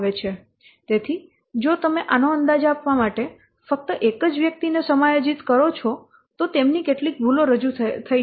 તેથી જો તમે આનો અંદાજ આપવા માટે ફક્ત એક જ વ્યક્તિને સમાયોજિત કરો છો તો તેમની કેટલીક ભૂલો રજૂ થઈ શકે છે